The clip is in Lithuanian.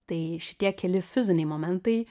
tai šitie keli fiziniai momentai